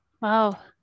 Wow